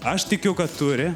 aš tikiu kad turi